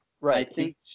Right